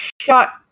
shot